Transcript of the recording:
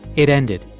it ended.